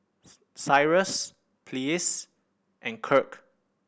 Cyrus Pleas and Kirk